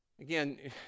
again